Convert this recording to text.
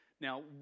Now